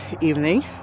evening